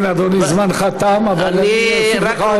כן, אדוני, זמנך תם, אבל אני אוסיף לך עוד דקה.